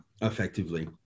effectively